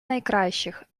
найкращих